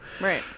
right